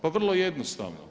Pa vrlo jednostavno!